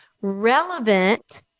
relevant